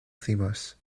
cimas